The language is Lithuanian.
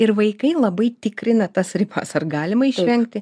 ir vaikai labai tikrina tas ribas ar galima išvengti